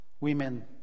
Women